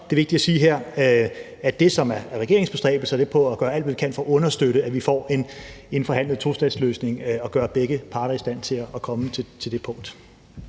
er vigtigt at sige her, at det, som er regeringens bestræbelse, er at gøre alt, hvad vi kan, for at understøtte, at vi får en forhandlet tostatsløsning, og at gøre begge parter i stand til at komme til det punkt.